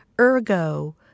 ergo